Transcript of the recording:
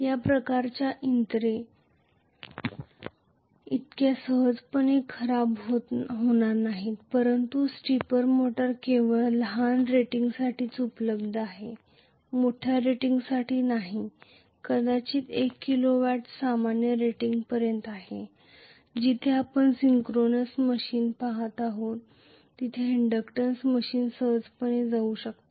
या प्रकारची यंत्रे इतक्या सहजपणे खराब होणार नाहीत परंतु स्टिपर मोटर्स केवळ लहान रेटिंगसाठीच उपलब्ध आहेत मोठ्या रेटिंगसाठी नाही कदाचित एक किलो वॅट सामान्य रेटिंग पर्यंत आहे जिथे आपण सिंक्रोनास मशीन पाहता तिथे इंडक्टन्स मशीन सहजपणे जाऊ शकतात